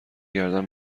گردن